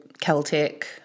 Celtic